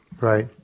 Right